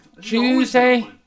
Tuesday